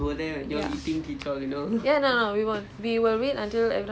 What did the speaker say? sha also don't know how to play so we still need to teach sha and you